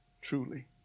truly